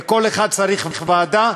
וכל אחד צריך ועדה,